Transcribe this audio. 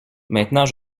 maintenant